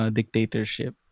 dictatorship